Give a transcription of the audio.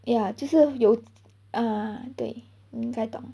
ya 就是有啊对你应该懂